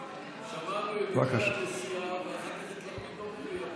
אבל הממשלה לא מינתה אף פעם את השופטים שלה.